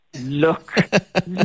look